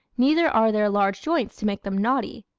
neither are there large joints to make them knotty.